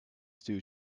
stew